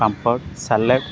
ପାମ୍ପଡ଼ salad